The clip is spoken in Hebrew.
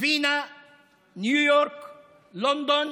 וינה-ניו יורק-לונדון,